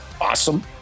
awesome